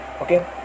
okay